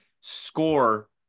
score